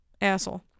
Asshole